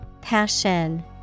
Passion